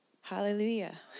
Hallelujah